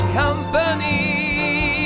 company